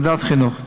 ועדת החינוך.